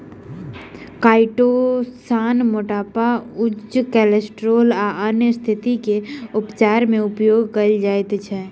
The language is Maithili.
काइटोसान मोटापा उच्च केलेस्ट्रॉल आ अन्य स्तिथि के उपचार मे उपयोग कायल जाइत अछि